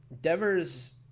Devers